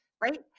right